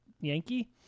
Yankee